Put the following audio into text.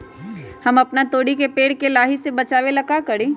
हम अपना तोरी के पेड़ के लाही से बचाव ला का करी?